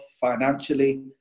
financially